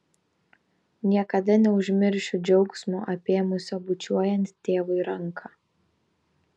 niekada neužmiršiu džiaugsmo apėmusio bučiuojant tėvui ranką